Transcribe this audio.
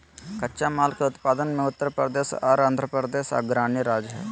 कच्चा आम के उत्पादन मे उत्तर प्रदेश आर आंध्रप्रदेश अग्रणी राज्य हय